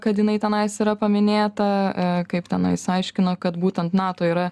kad jinai tenais yra paminėta a kaip tenais aiškino kad būtent nato yra